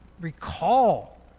recall